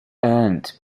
earned